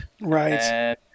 Right